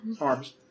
arms